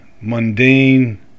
mundane